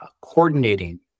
coordinating